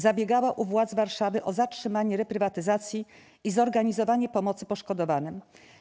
Zabiegała u władz Warszawy o zatrzymanie reprywatyzacji i zorganizowanie pomocy poszkodowanym.